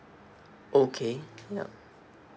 okay yup